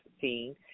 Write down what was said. seeing